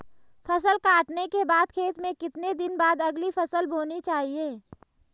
फसल काटने के बाद खेत में कितने दिन बाद अगली फसल बोनी चाहिये?